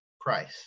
Price